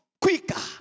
quicker